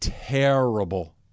terrible